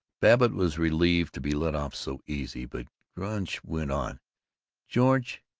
babbitt was relieved to be let off so easily, but gunch went on george,